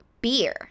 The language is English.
beer